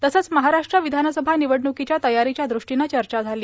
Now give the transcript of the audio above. तसंच महाराष्ट्र विधानसभा निवडण्कीच्या तयारीच्या दृष्टीने चर्चा झाली